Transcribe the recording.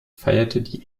feiert